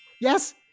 Yes